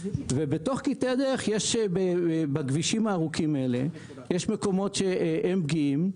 ובתוך קטעי הדרך יש בכבישים הארוכים האלה מקומות שהם פגיעים.